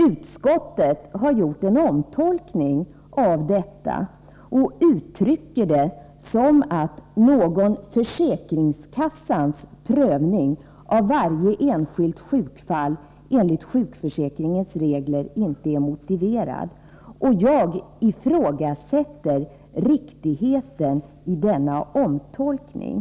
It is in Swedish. Utskottet har gjort en omtolkning av detta och uttrycker det som att någon försäkringskassans prövning av varje enskilt sjukfall enligt sjukförsäkringens regler inte är motiverad. Jag ifrågasätter riktigheten i denna omtolkning.